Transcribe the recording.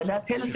רבותי,